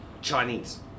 chinese